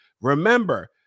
remember